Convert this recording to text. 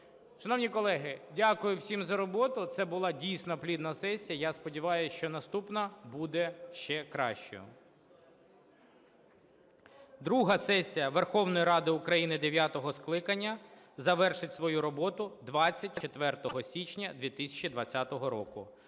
Шановні колеги, дякую всім за роботу. Це була, дійсно, плідна сесія, я сподіваюсь, що наступна буде ще кращою. Друга сесія Верховної Ради України дев'ятого скликання завершить свою роботу 24 січня 2020 року.